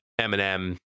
Eminem